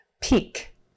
Peak